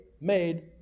made